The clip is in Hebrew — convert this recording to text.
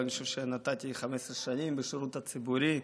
אבל אני חושב שנתתי 15 שנים בשירות הציבורי.